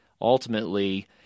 ultimately